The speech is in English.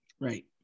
right